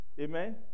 Amen